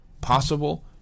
possible